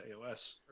AOS